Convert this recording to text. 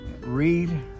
Read